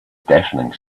deafening